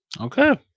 Okay